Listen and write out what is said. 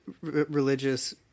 religious